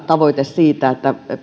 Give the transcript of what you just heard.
tavoite siitä että